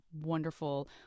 wonderful